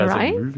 right